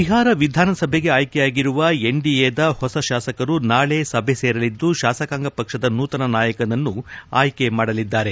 ಬಿಹಾರ ವಿಧಾನಸಭೆಗೆ ಆಯ್ಕೆಯಾಗಿರುವ ಎನ್ಡಿಎದ ಹೊಸ ಶಾಸಕರು ನಾಳೆ ಸಭೆ ಸೇರಲಿದ್ದು ಶಾಸಕಾಂಗ ಪಕ್ಷದ ನೂತನ ನಾಯಕನನ್ನು ಆಯ್ಕೆ ಮಾಡಲಿದ್ದಾರೆ